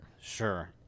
Sure